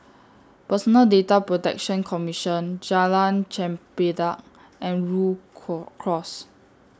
Personal Data Protection Commission Jalan Chempedak and Rhu Cross